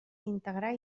integrar